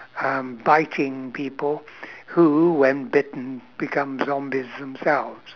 um biting people who when bitten become zombies themselves